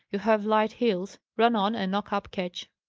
you have light heels run on, and knock up ketch.